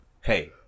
Hey